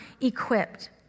equipped